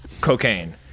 cocaine